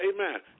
amen